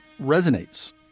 resonates